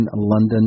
London